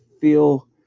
feel